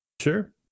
Sure